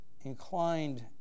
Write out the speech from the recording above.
inclined